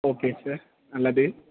okay sir நல்லது